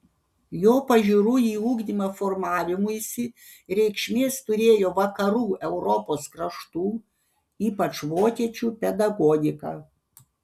jo pažiūrų į ugdymą formavimuisi reikšmės turėjo vakarų europos kraštų ypač vokiečių pedagogika